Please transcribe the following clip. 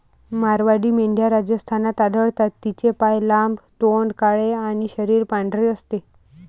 मारवाडी मेंढ्या राजस्थानात आढळतात, तिचे पाय लांब, तोंड काळे आणि शरीर पांढरे असते